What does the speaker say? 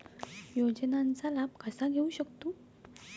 योजनांचा लाभ कसा घेऊ शकतू?